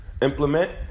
implement